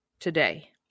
Today